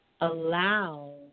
allow